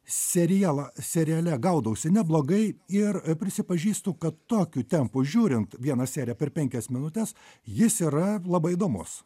serialą seriale gaudausi neblogai ir prisipažįstu kad tokiu tempu žiūrint vieną seriją per penkias minutes jis yra labai įdomus